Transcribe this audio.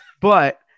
But-